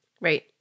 Right